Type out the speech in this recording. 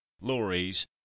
lorries